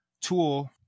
tool